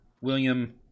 William